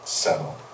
settle